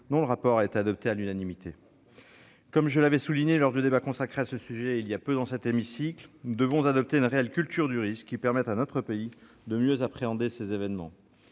dont le rapport a été adopté à l'unanimité. Comme je l'avais souligné lors du débat consacré à ce sujet, voilà peu, dans cet hémicycle, nous devons adopter une réelle culture du risque qui permette à notre pays de mieux appréhender ces événements.